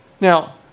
Now